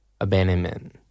abandonment